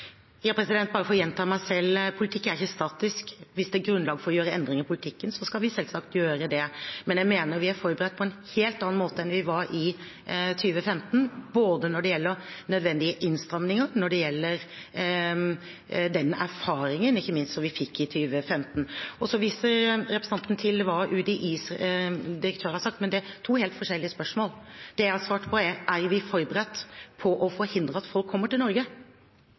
For å gjenta meg selv: Politikk er ikke statisk. Hvis det er grunnlag for å gjøre endringer i politikken, skal vi selvsagt gjøre det. Men jeg mener vi er forberedt på en helt annen måte enn vi var i 2015 både når det gjelder nødvendige innstramninger, og ikke minst når det gjelder den erfaringen vi fikk i 2015. Så viser representanten til hva UDI-direktøren har sagt, men det er to helt forskjellige spørsmål. Det jeg har svart på, er om vi er forberedt på å forhindre at folk kommer til Norge.